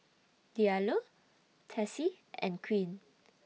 Diallo Tessie and Quinn